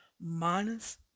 minus